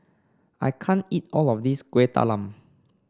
I can't eat all of this Kueh Talam